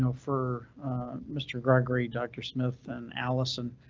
ah for mr gregory, doctor, smith and allison.